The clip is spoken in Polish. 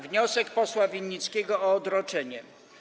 Wniosek posła Winnickiego o odroczenie.